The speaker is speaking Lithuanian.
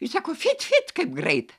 ji sako fit fit kaip grait